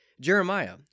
Jeremiah